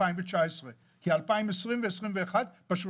מדידת פגיעה היא ההכנסה שהייתה ב-2019.